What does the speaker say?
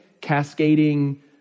cascading